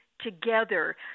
together